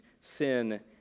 sin